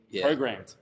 programmed